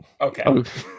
Okay